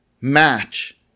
match